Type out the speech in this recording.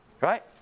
right